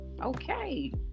okay